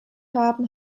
haben